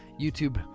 youtube